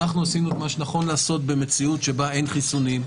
אנחנו עשינו מה שנכון לעשות במציאות שבה אין חיסונים,